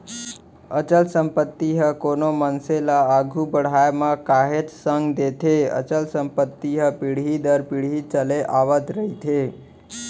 अचल संपत्ति ह कोनो मनसे ल आघू बड़हाय म काहेच संग देथे अचल संपत्ति ह पीढ़ी दर पीढ़ी चले आवत रहिथे